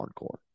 Hardcore